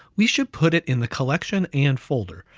we should put it in the collection, and folder.